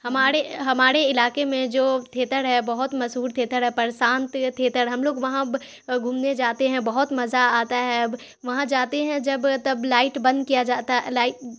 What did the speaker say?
ہمارے ہمارے علاقے میں جو تھیتر ہے بہت مشہور تھیتر ہے پرشانت تھیتر ہم لوگ وہاں گھومنے جاتے ہیں بہت مزہ آتا ہے وہاں جاتے ہیں جب تب لائٹ بند کیا جاتا ہے